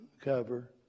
cover